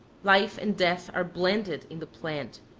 life and death are blended in the plant,